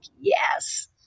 yes